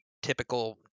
typical